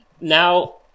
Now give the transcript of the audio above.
Now